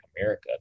America